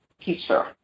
teacher